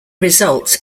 result